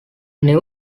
new